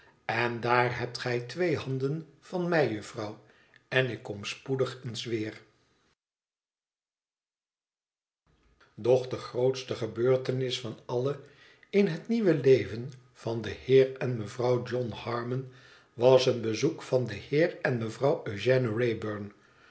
en daar hebt gij twee handen van mij j'uffrouw en ik kom spoedig eens weer doch de grootste gebeurtenis van alle in het nieuwe leven van den heer en mevrouw john harmon was een bezoek van den heer en mevrouw